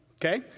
Okay